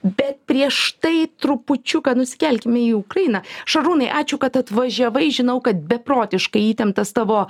bet prieš tai trupučiuką nusikelkime į ukrainą šarūnai ačiū kad atvažiavai žinau kad beprotiškai įtemptas tavo